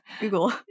Google